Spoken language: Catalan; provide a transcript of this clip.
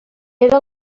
era